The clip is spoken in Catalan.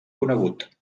conegut